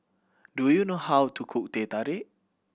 do you know how to cook Teh Tarik